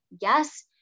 yes